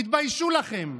תתביישו לכם.